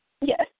Yes